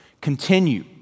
continue